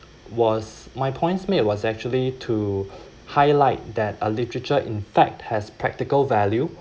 was my points made was actually to highlight that uh literature in fact has practical value